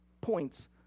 points